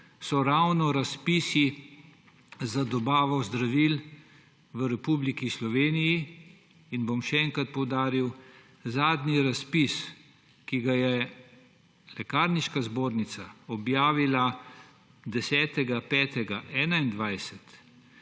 so ravno razpisi za dobavo zdravil v Republiki Sloveniji. Še enkrat bom poudaril, v zadnjem razpisu, ki ga je Lekarniška zbornica objavila 10. 5. 2021